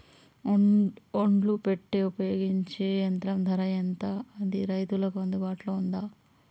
ఒడ్లు పెట్టే ఉపయోగించే యంత్రం ధర ఎంత అది రైతులకు అందుబాటులో ఉందా?